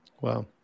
Wow